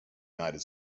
united